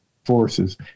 forces